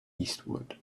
eastward